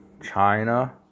China